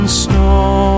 snow